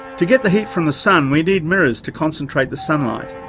to get the heat from the sun we need mirrors to concentrate the sunlight.